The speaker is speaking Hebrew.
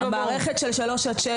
המערכת של שלוש עד שש,